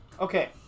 okay